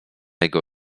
jego